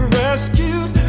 rescued